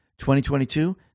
2022